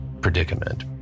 predicament